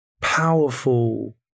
powerful